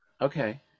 Okay